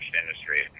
industry